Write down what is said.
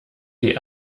die